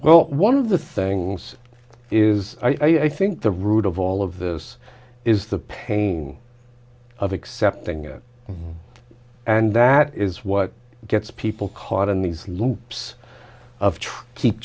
well one of the things is i think the root of all of this is the pain of accepting it and that is what gets people caught in these loops of